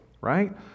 right